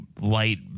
light